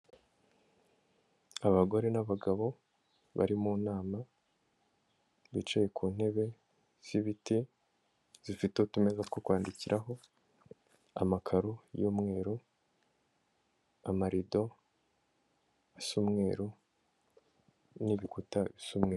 Abagore n'abagabo bari mu nama, bicaye ku ntebe z'ibiti zifite utumeza two kwandikiraho, amakaro y'umweru, amarido asa umweru n'ibikuta bisa umweru.